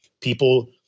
People